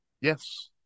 yes